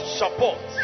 support